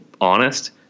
honest